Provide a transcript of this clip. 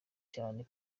cyane